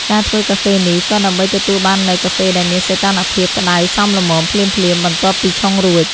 ការធ្វើកាហ្វេនេះ ក៏ដើម្បីទទួលបាននូវកាហ្វេដែលមានសីតុណ្ហភាពក្ដៅសមល្មមភ្លាមៗបន្ទាប់ពីឆុងរួច។